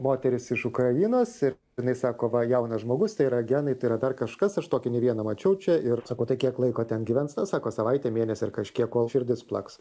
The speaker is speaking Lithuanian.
moteris iš ukrainos ir jinai sako va jaunas žmogus tai yra genai tai yra dar kažkas aš tokį ne vieną mačiau čia ir sakau tai kiek laiko ten gyvens sako savaitę mėnesį ar kažkiek kol širdis plaks